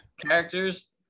characters